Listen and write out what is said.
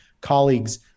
colleagues